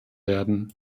werden